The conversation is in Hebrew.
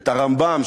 את הרמב"ם,